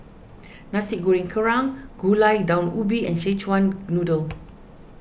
Nasi Goreng Kerang Gulai Daun Ubi and Szechuan Noodle